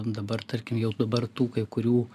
dabar tarkim jau dabar tų kai kurių